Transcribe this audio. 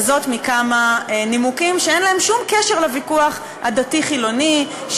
וזאת מכמה נימוקים שאין להם שום קשר לוויכוח הדתי חילוני,